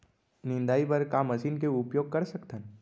निंदाई बर का मशीन के उपयोग कर सकथन?